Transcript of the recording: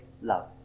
love